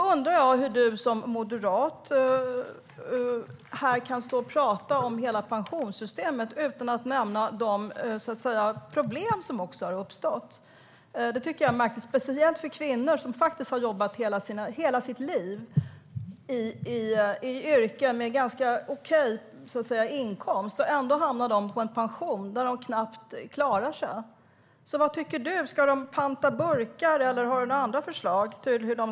Hur kan Lars-Arne Staxäng, Moderaterna, stå här och prata om hela pensionssystemet utan att nämna de problem som också har uppstått? Det är märkligt. Det handlar speciellt om kvinnor som har jobbat hela livet i yrken med okej inkomst. Ändå hamnar de på en pension där de knappt klarar sig. Ska de panta burkar eller har Lars-Arne Staxäng andra förslag?